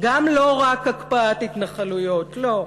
גם לא רק הקפאת התנחלויות, לא,